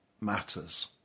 matters